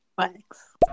Thanks